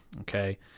Okay